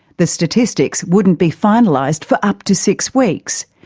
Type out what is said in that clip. the statistics wouldn't be finalised for up to six weeks,